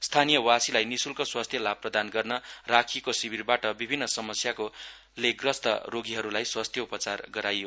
स्थानीयवासीलाई निश्ल्क स्वास्थ्य लाभ प्रदान गर्न राखिएको शिविरबाट विभिन्न समस्यले ग्रस्त रोगीहरूले स्वास्थ्यउपचार गराए